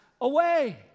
away